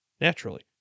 naturally